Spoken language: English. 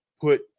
put